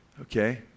okay